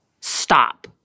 stop